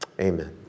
Amen